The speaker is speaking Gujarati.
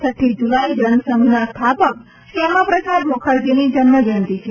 છઠ્ઠી જુલાઈ જનસંઘના સ્થાપક શ્યામા પ્રસાદ મુખરજીની જન્મજયંત છે